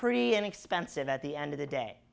pretty inexpensive at the end of the day